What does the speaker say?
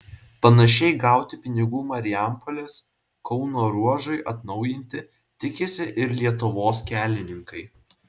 panašiai gauti pinigų marijampolės kauno ruožui atnaujinti tikisi ir lietuvos kelininkai